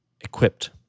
equipped